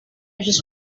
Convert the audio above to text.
just